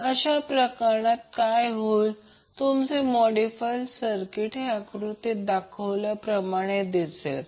तर अशा प्रकरणात काय होईल तुमचे मोडीफाईड सर्किट हे आकृतीत दाखवल्याप्रमाणे दिसेल